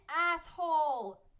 asshole